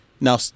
Now